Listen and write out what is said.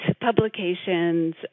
publications